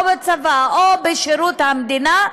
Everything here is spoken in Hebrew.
בצבא או בשירות המדינה,